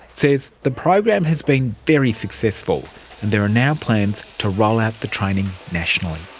says the program has been very successful there are now plans to roll out the training nationally.